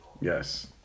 Yes